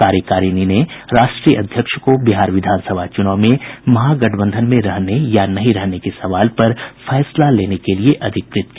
कार्यकारिणी ने राष्ट्रीय अध्यक्ष को बिहार विधानसभा चूनाव में महागठबंधन में रहने या नहीं रहने के सवाल पर फैसला लेने के लिए अधिकृत किया